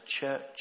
church